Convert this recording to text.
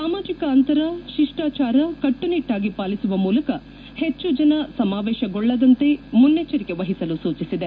ಸಾಮಾಜಿಕ ಅಂತರ ಶಿಷ್ಟಾಚಾರ ಕಟ್ಟುನಿಟ್ಟಾಗಿ ಪಾಲಿಸುವ ಮೂಲಕ ಹೆಚ್ಚು ಜನ ಸಮಾವೇಶಗೊಳ್ಳದಂತೆ ಮುನ್ನೆಚ್ಚರಿಕೆ ವಹಿಸಲು ಸೂಚಿಸಿದೆ